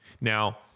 Now